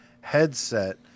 headset